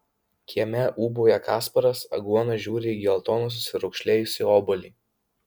kieme ūbauja kasparas aguona žiūri į geltoną susiraukšlėjusį obuolį